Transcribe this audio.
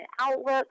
Outlook